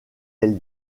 elle